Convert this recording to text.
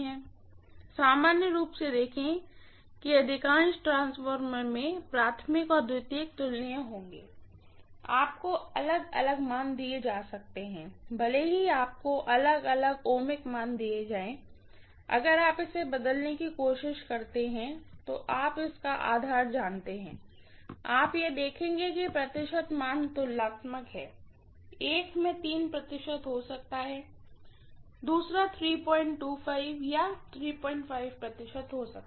professor सामान्य रूप से देखें कि अधिकांश ट्रांसफार्मर में प्राइमरीऔर सेकेंडरी तुलनीय होंगे आपको अलग अलग मान दिए जा सकते हैं भले ही आपको अलग अलग ओहमिक मान दिए जाएं अगर आप इसे बदलने की कोशिश करते हैं तो आप इसका अपना आधार जानते हैं आप यह देखेंगे कि प्रतिशत मान तुलनात्मक हैं एक में प्रतिशत हो सकता है दूसरा या प्रतिशत हो सकता है